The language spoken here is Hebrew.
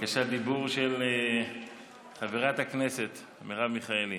בקשת דיבור של חברת הכנסת מרב מיכאלי.